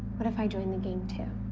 what if i join the gang too?